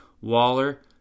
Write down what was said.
Waller